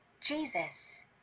Jesus